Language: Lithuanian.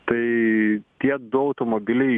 tai tie du automobiliai